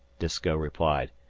disko replied.